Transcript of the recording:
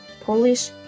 Polish